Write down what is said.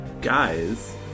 Guys